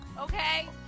Okay